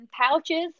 pouches